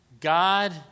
God